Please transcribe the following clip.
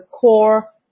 core